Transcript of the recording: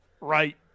Right